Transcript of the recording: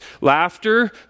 laughter